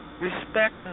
respect